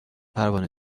پروانه